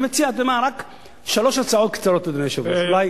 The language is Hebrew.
אני מציע רק שלוש הצעות קצרות, אדוני היושב-ראש.